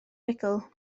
rhugl